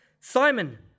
Simon